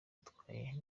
bitwaye